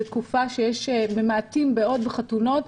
זה תקופה שממעטים בה מאוד בחתונות.